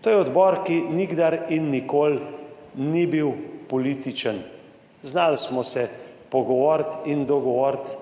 To je odbor, ki nikdar in nikoli ni bil političen. Znali smo se pogovoriti in dogovoriti